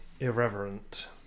irreverent